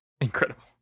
incredible